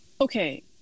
okay